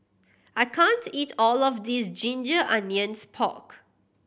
I can't eat all of this ginger onions pork